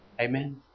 amen